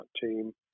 team